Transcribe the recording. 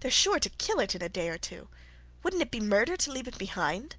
they're sure to kill it in a day or two wouldn't it be murder to leave it behind